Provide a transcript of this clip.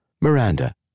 Miranda